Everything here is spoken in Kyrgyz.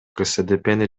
ксдпны